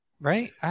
Right